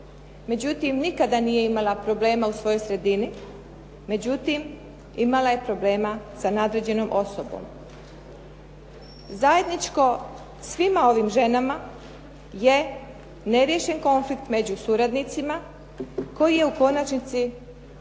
Međutim, nikada nije imala problema u svojoj sredini, međutim imala je problema sa nadređenom osobom. Zajedničko svim ovim ženama je neriješen konflikt među suradnicima koji je u konačnici